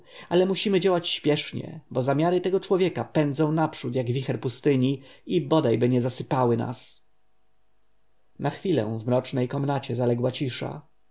ale musimy działać śpiesznie bo zamiary tego człowieka pędzą naprzód jak wicher pustyni i bodajby nie zasypały nas na chwilę w mrocznej komnacie zaległa cisza